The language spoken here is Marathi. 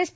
एस